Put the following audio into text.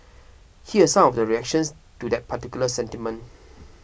here are some of the reactions to that particular sentiment